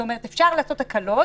אבל כן אפשר לעשות הקלות.